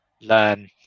learn